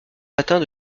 matins